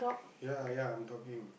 ya ya I'm talking